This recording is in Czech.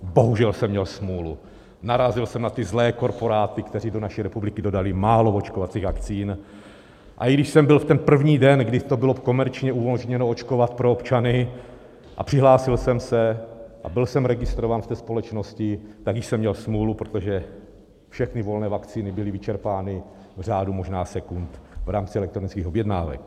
Bohužel jsem měl smůlu, narazil jsem na ty zlé korporáty, kteří do naší republiky dodali málo očkovacích vakcín, a i když jsem byl v ten první den, kdy bylo komerčně umožněno očkovat pro občany, a přihlásil jsem se a byl jsem registrován v té společnosti, tak už jsem měl smůlu, protože všechny volné vakcíny byly vyčerpány v řádu možná sekund v rámci elektronických objednávek.